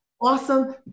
awesome